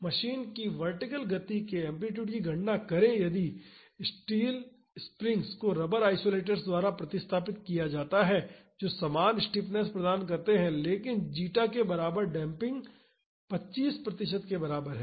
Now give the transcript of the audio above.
machine की vertical गति के एम्पलीटूड की गणना करें यदि स्टील स्प्रिंग्स को रबर आइसोलेटर्स द्वारा प्रतिस्थापित किया जाता है जो समान स्टिफनेस प्रदान करते हैं लेकिन जीटा के बराबर डेम्पिंग 25 प्रतिशत के बराबर है